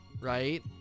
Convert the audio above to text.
right